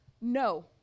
no